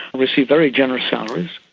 received very generous salaries.